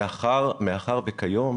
מאחר שכיום